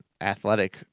athletic